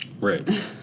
Right